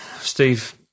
Steve